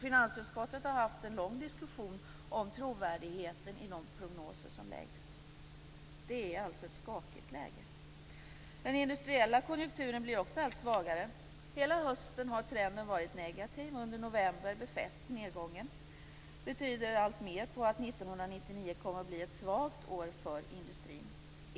Finansutskottet har haft en lång diskussion om trovärdigheten i de prognoser som läggs fram. Det är alltså ett skakigt läge. Den industriella konjunkturen blir också allt svagare. Hela hösten har trenden varit negativ, och under november befästes nedgången. Det tyder alltmer på att 1999 kommer att bli ett svagt år för industrin.